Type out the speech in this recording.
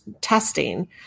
testing